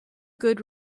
good